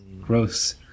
gross